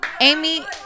Amy